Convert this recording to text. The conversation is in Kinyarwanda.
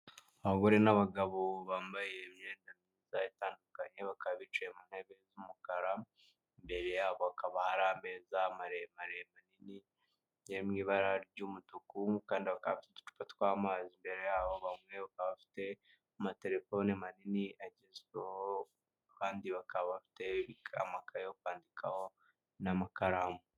Abagore n'abagabo bambaye imyenda myiza itandukanye, bakaba bicaye mu ntebe z'umukara imbere yabo hakaba hari ameza maremare manini ari mu ibara ry'umutuku kandi bakaba bafite uducupa tw'amazi, imbere yaho bamwe bakaba bafite amatelefone manini agezweho, abandi bakaba bafite amakaye yo kwandikaho n'amakaramu.